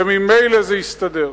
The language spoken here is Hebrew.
וממילא זה יסתדר.